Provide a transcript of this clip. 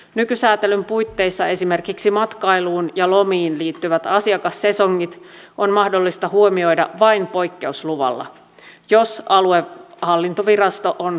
nykysäätelyn puitteissa esimerkiksi matkailuun ja lomiin liittyvät asiakassesongit on mahdollista huomioida vain poikkeusluvalla jos aluehallintovirasto on suosiollinen